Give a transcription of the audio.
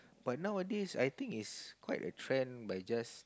but nowadays I think is quite a trend by just